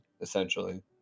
essentially